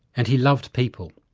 and he loved people.